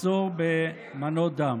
למחסור במנות דם.